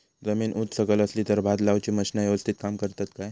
जमीन उच सकल असली तर भात लाऊची मशीना यवस्तीत काम करतत काय?